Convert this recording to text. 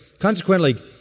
Consequently